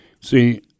see